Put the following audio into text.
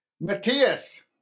Matthias